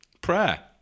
prayer